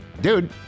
Dude